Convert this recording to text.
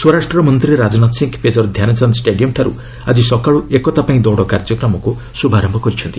ସ୍ୱରାଷ୍ଟ୍ରମନ୍ତ୍ରୀ ରାଜନାଥ ସିଂ ମେଜର୍ ଧ୍ୟାନଚାନ୍ଦ ଷ୍ଟାଡିୟମ୍ଠାରୁ ଆଜି ସକାଳୁ ଏକତା ପାଇଁ ଦୌଡ଼ କାର୍ଯ୍ୟକ୍ରମକୁ ଶୁଭାରମ୍ଭ କରିଛନ୍ତି